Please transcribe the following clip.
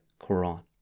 Quran